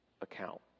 account